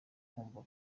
ukumva